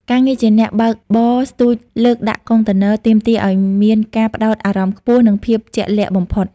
ការងារជាអ្នកបើកបរស្ទូចលើកដាក់កុងតឺន័រ ទាមទារឱ្យមានការផ្ដោតអារម្មណ៍ខ្ពស់ និងភាពជាក់លាក់បំផុត។